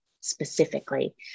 specifically